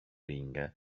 ring